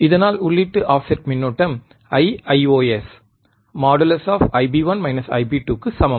இதனால் உள்ளீட்டு ஆஃப்செட் மின்னோட்டம் Iios | Ib1 Ib2 | க்கு சமம்